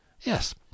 Yes